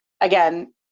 again